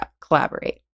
collaborate